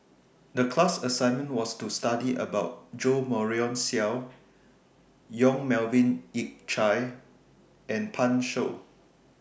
The class assignment was to study about Jo Marion Seow Yong Melvin Yik Chye and Pan Shou